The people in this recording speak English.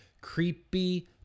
Creepy